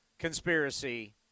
conspiracy